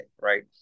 right